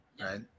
Right